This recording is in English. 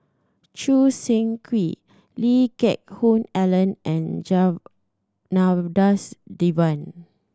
Choo Seng Quee Lee Geck Hoon Ellen and Janadas Devan